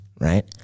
right